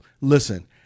Listen